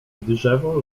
drzewo